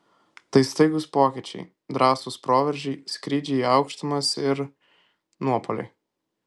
tai staigūs pokyčiai drąsūs proveržiai skrydžiai į aukštumas ir nuopuoliai